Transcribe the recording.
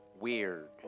weird